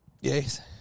Yes